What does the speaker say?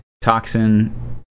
Toxin